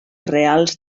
reals